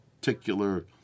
particular